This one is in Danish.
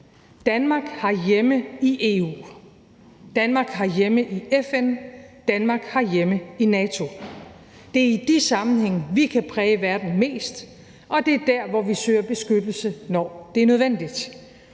Danmark har hjemme i EU, Danmark har hjemme i FN, Danmark har hjemme i NATO. Det er i de sammenhænge, vi kan præge verden mest, og det er der, vi søger beskyttelse, når det er nødvendigt.